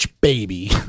baby